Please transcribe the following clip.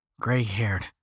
gray-haired